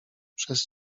przez